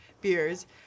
beers